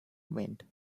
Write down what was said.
wind